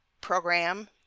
program